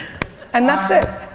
and that's it.